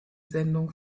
sendung